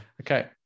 Okay